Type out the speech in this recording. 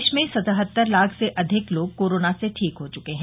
देश में सतहत्तर लाख से अधिक लोग कोरोना से ठीक हो चुके हैं